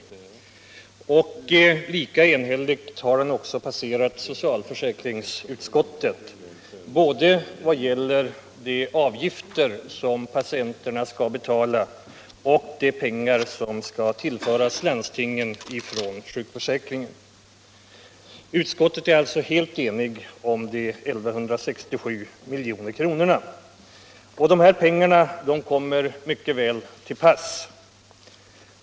Den har också lika enhälligt godtagits i socialförsäkringsutskottet både vad gäller patientavgifterna och vad gäller de pengar som skall tillföras landstingen från sjukförsäkringen. Utskottet står alltså helt enigt bakom dessa 1 167 milj.kr. Pengarna kommer också mycket väl till pass.